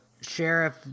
Sheriff